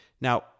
Now